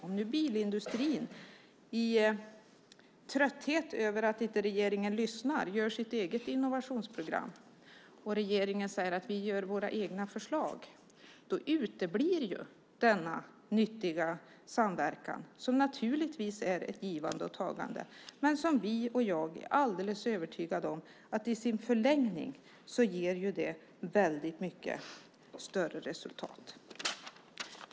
Om bilindustrin i trötthet över att regeringen inte lyssnar i stället gör sitt eget innovationsprogram och regeringen säger att den gör sina egna förslag uteblir ju denna nyttiga samverkan som naturligtvis är ett givande och tagande och som vi, även jag, är alldeles övertygade om ger väldigt mycket bättre resultat i en förlängning.